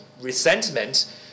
resentment